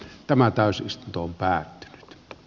tämä täysistunto keskeytetään